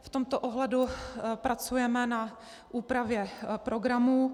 V tomto ohledu pracujeme na úpravě programů.